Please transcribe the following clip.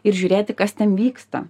ir žiūrėti kas ten vyksta